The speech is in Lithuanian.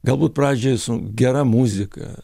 galbūt pradžiai su gera muzika